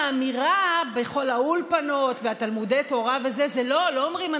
בכל האולפנות ובתלמודי תורה וזה לא אומרים: